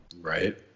Right